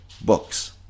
books